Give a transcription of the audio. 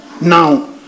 Now